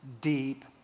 deep